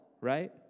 right